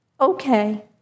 Okay